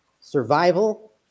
survival